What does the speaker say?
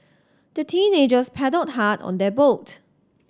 the teenagers paddled hard on their boat